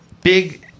Big